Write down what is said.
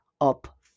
up